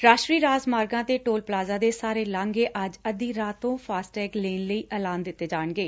ਰਾਸ਼ਟਰੀ ਰਾਜ ਮਾਰਗਾਂ ਤੇ ਟੋਲ ਪਲਾਜ਼ਾ ਦੇ ਸਾਰੇ ਲਾਘੇ ਅੱਜ ਅੱਧੀ ਰਾਤ ਤੋਂ ਫਾਸਟੈਗ ਲੇਨ ਐਲਾਨ ਦਿੱਤੇ ਜਾਣਗੇ